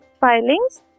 filings